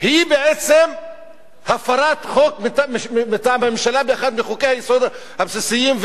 היא הפרת חוק מטעם הממשלה באחד מחוקי-היסוד הבסיסיים,